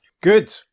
Good